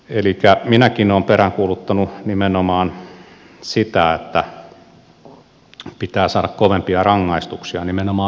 elikkä minäkin olen peräänkuuluttanut nimenomaan sitä että pitää saada kovempia rangaistuksia nimenomaan minimirangaistuksia